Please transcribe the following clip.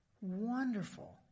wonderful